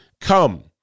come